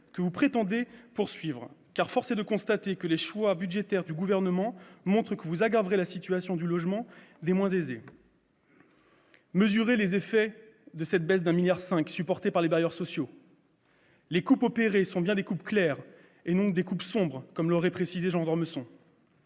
que vous prétendez poursuivre, car force est de constater que les choix budgétaires du Gouvernement montrent que vous aggraverez la situation du logement et des moins aisés. Mesurez les effets de cette baisse de 1,5 milliard d'euros supportés par les bailleurs sociaux. Les coupes opérées sont bien des coupes claires et non des coupes sombres, comme l'aurait précisé Jean d'Ormesson.